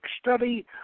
study